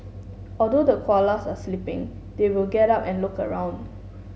although the koalas are sleeping they will get up and look around